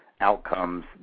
outcomes